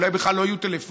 אולי כבר לא יהיו טלפונים?